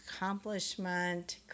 accomplishment